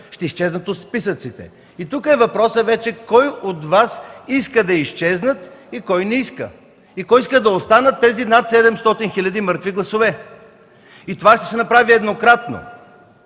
Ще изчезнат от списъците! Тук вече въпросът е: кой от Вас иска да изчезнат и кой не иска, кой иска да останат тези над 700 хиляди мъртви гласове? Това ще се направи еднократно